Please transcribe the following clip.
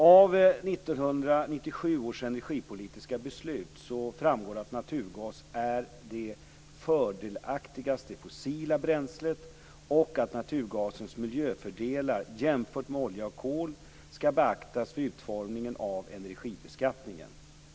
Av 1997 års energipolitiska beslut framgår att naturgas är det fördelaktigaste fossila bränslet och att naturgasens miljöfördelar jämfört med olja och kol skall beaktas vid utformningen av energibeskattningen.